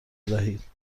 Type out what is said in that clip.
بدهید